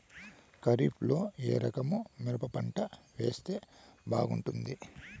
ఖరీఫ్ లో ఏ రకము మిరప పంట వేస్తే బాగుంటుంది